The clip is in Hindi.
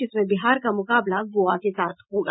जिसमें बिहार का मुकाबला गोवा के साथ होगा